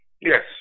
Yes